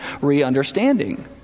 re-understanding